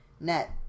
net